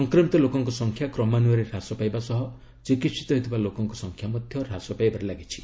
ସଂକ୍ରମିତ ଲୋକଙ୍କ ସଂଖ୍ୟା କ୍ରମାନୃୟରେ ହ୍ରାସ ପାଇବା ସହ ଚିକିିିତ ହେଉଥିବା ଲୋକଙ୍କ ସଂଖ୍ୟା ମଧ୍ୟ ହ୍ରାସ ପାଇବାରେ ଲାଗିଛି